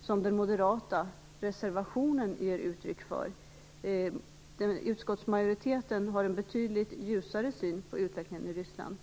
som den moderata reservationen ger uttryck för. Utskottsmajoriteten har en betydligt ljusare syn på utvecklingen i Ryssland.